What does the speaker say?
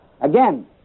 Again